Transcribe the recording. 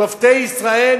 שופטי ישראל,